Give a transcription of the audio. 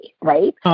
Right